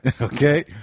Okay